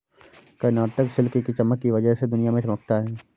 Karnataka silk की चमक की वजह से दुनिया में चमकता है